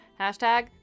Hashtag